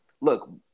look